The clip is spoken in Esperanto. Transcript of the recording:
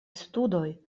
studoj